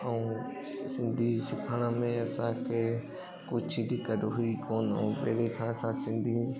ऐं सिंधी सिखण में असांखे कुझु दिक़त हुई कोन पहिरें खां असां सिंधी